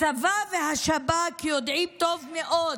הצבא והשב"כ יודעים טוב מאוד